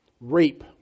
rape